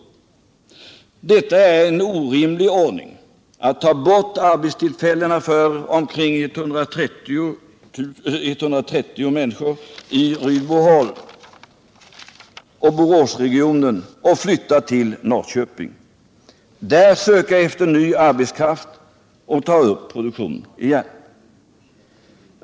Men det är en orimlig ordning att ta bort arbetstillfällena för omkring 130 människor i Rydboholm och Boråsregionen och flytta dem till Norrköping, söka efter ny arbetskraft där och ta upp produktionen igen.